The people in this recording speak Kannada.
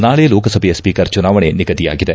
ನಾಳೆ ಲೋಕಸಭೆಯ ಸ್ವೀಕರ್ ಚುನಾವಣೆ ನಿಗದಿಯಾಗಿದೆ